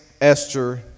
esther